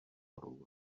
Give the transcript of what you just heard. ryw